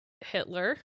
Hitler